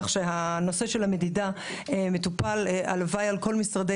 כך שנושא המדינה מטופל הלוואי על כל משרדי